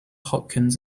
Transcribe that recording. hopkins